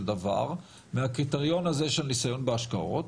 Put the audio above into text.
דבר מהקריטריון הזה של נסיון בהשקעות,